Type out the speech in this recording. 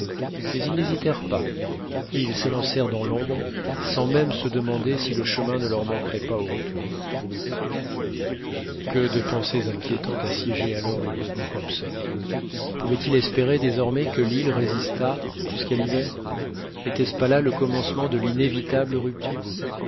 mais ils n'hésitèrent pas et ils s'élancèrent dans l'ombre sans même se demander si le chemin ne leur manquerait pas au retour que de pensées inquiétantes assiégeaient alors le lieutenant hobson pouvait-il espérer désormais que l'île résistât jusqu'à l'hiver n'était-ce pas là le commencement de l'inévitable rupture